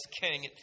king